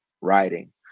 writing